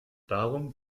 darum